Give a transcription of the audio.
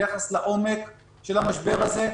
ביחס לעומק של המשבר הזה,